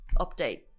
update